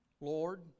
Lord